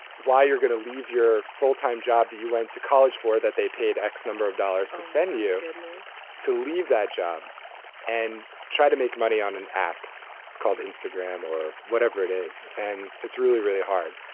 why you're going to leave your full time job that you went to college for that they paid x number of dollars to send you to leave that job and try to make money on an app called instagram or whatever it is. and it's really really hard.